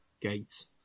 gates